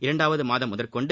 இரண்டாவது மாதம் முதற்கொண்டு